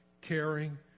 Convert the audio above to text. caring